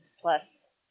plus